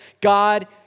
God